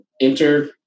enter